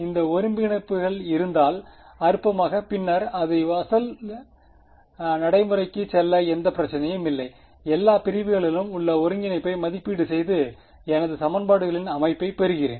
இந்த ஒருங்கிணைப்புகள் இருந்தால் அற்பமாக பின்னர் எனது அசல் நடைமுறைக்குச் செல்ல எந்த பிரச்சனையும் இல்லை எல்லா பிரிவுகளிலும் உள்ள ஒருங்கிணைப்பை மதிப்பீடு செய்து எனது சமன்பாடுகளின் அமைப்பைப் பெறுகிறேன்